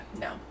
no